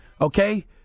Okay